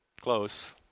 close